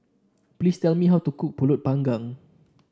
please tell me how to cook pulut Panggang